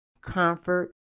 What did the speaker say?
comfort